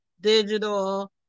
digital